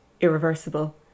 irreversible